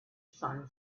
sun